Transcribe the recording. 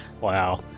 Wow